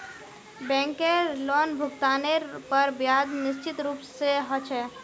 बैंकेर लोनभुगतानेर पर ब्याज निश्चित रूप से ह छे